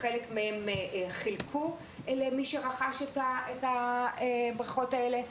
חלק חילקו את הפלאייר למי שרכש את הבריכות האלה.